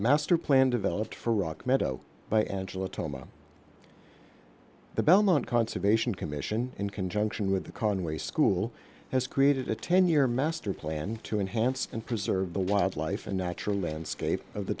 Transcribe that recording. master plan developed for rock meadow by angela tom the belmont conservation commission in conjunction with the conway school has created a ten year master plan to enhance and preserve the wildlife and natural landscape of the